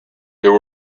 there